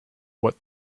what